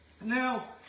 Now